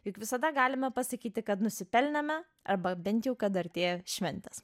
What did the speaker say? juk visada galime pasakyti kad nusipelnėme arba bent jau kad artėja šventės